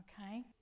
okay